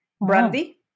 brandy